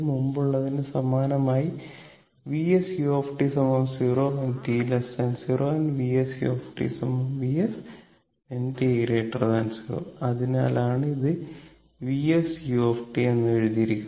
മുമ്പുള്ളതിന് സമാനമായി Vs u 0 t 0 and Vs u Vs t0 അതിനാലാണ് ഇത് Vs u എന്ന് എഴുതിയിരിക്കുന്നത്